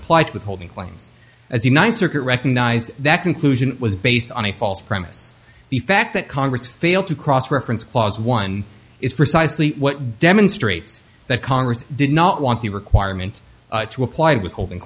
applied withholding claims as the ninth circuit recognized that conclusion was based on a false premise the fact that congress failed to cross reference clause one is precisely what demonstrates that congress did not want the requirement to apply and withholding